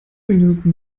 minuten